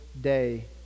day